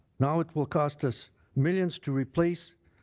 now it will cost us millions to replace